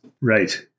right